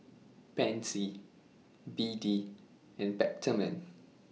Pansy B D and Peptamen